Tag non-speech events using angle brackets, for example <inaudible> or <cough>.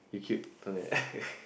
you cute something like that <breath>